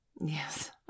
Yes